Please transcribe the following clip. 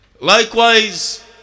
likewise